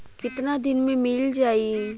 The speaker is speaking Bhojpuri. कितना दिन में मील जाई?